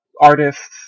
artists